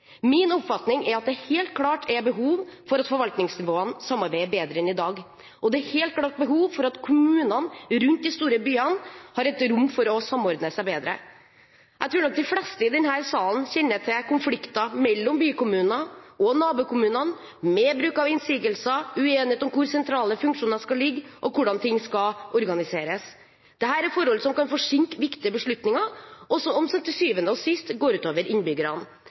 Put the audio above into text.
Min oppfatning er at det helt klart er behov for at forvaltningsnivåene samarbeider bedre enn i dag, og det er helt klart et behov for at kommunene rundt de store byene har et rom for å samordne seg bedre. Jeg tror nok de fleste i denne salen kjenner til konflikter mellom bykommuner og nabokommuner med bruk av innsigelser, uenighet om hvor sentrale funksjoner skal ligge, og hvordan ting skal organiseres. Dette er forhold som kan forsinke viktige beslutninger, og som til syvende og sist går utover innbyggerne.